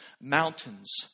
mountains